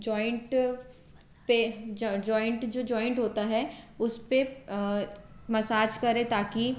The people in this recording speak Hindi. जॉइंट पर ज्वाइंट जो ज्वाइंट होता है उस पर मसाज करें ताकि